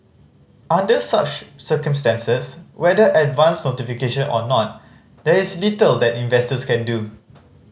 under such circumstances whether advance notification or not there is little that investors can do